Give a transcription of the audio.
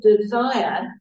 desire